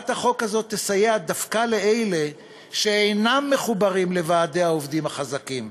הצעת החוק הזאת תסייע דווקא לאלה שאינם מחוברים לוועדי העובדים החזקים,